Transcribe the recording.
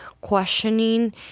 questioning